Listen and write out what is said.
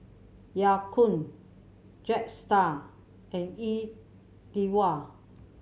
Ya Kun Jetstar and E Twow